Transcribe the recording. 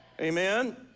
Amen